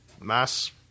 mass